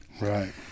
Right